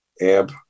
amp